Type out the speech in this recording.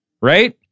Right